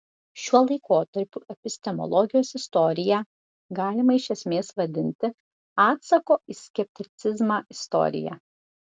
šiuo laikotarpiu epistemologijos istoriją galima iš esmės vadinti atsako į skepticizmą istorija